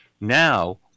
now